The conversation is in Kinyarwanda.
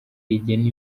rigena